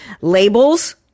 Labels